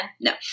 No